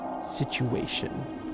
situation